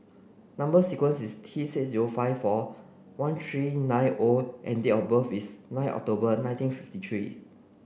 number sequence is T six zero five four one three nine O and date of birth is nine October nineteen fifty three